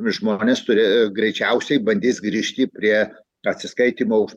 žmonės turi greičiausiai bandys grįžti prie atsiskaitymo už